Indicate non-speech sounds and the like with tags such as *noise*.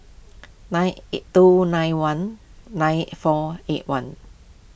nine *unintelligible* two nine one nine four eight one